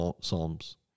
psalms